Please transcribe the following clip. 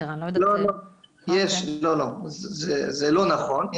לא, זה לא נכון.